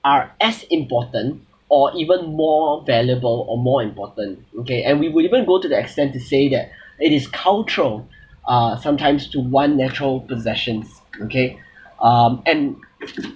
are as important or even more valuable or more important okay and we would even go to the extent to say that it is cultural uh sometimes to want natural possessions okay um and